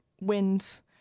winds